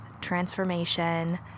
Transformation